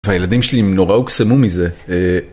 והילדים שלי נורא הוקסמו מזה.